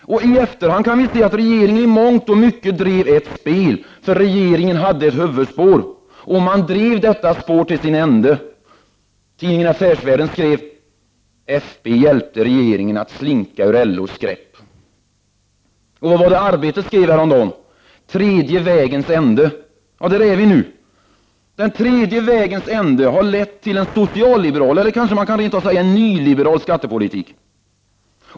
I efterhand kan vi se att regeringen i mångt och mycket drev ett spel. Regeringen hade ett huvudspår, och man drev detta spår till sin ände. Tidningen Affärsvärlden skrev: ”Fp hjälpte regeringen att slinka ur LO:s grepp.” Vad var det Arbetet skrev häromdagen: ”Tredje vägens ände.” Där är vi nu. Den tredje vägens ände har lett till en socialliberal, eller kanske man rent av kan säga en nyliberal skattepolitik.